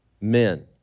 men